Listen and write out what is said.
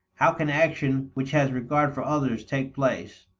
how can action which has regard for others take place?